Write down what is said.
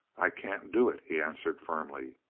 i can't do it, he answered firmly.